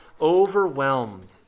overwhelmed